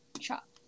shop